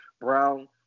Brown